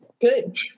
Good